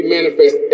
manifest